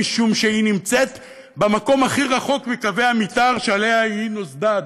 משום שהיא נמצאת במקום הכי רחוק מקווי המתאר שעליהם היא נוסדה,